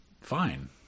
fine